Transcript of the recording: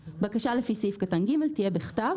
בקשה לפי סעיף קטן (ג) תהיה בכתב.